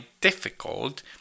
difficult